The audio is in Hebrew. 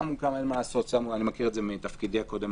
אני מכיר את זה מתפקידי הקודם,